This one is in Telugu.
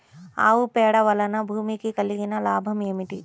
ఆవు పేడ వలన భూమికి కలిగిన లాభం ఏమిటి?